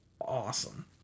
awesome